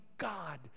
god